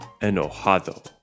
Enojado